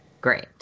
Great